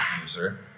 user